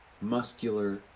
muscular